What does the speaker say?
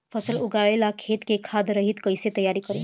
फसल उगवे ला खेत के खाद रहित कैसे तैयार करी?